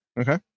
Okay